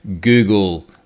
google